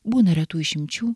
būna retų išimčių